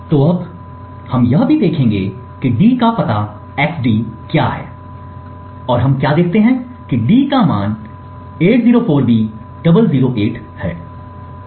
तो अब हम यह भी देखेंगे कि d का पता xd क्या है और हम क्या देखते हैं कि d का मान 804b008 है